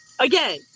again